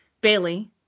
Bailey